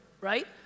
right